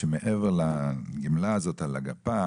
שמעבר לגמלה הזאת על הגפה